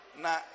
Na